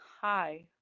Hi